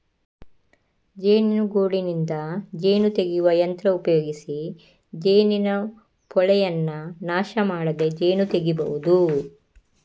ಜೇನುಗೂಡಿನಿಂದ ಜೇನು ತೆಗೆಯುವ ಯಂತ್ರ ಉಪಯೋಗಿಸಿ ಜೇನಿನ ಪೋಳೆಯನ್ನ ನಾಶ ಮಾಡದೆ ಜೇನು ತೆಗೀಬಹುದು